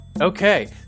Okay